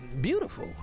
beautiful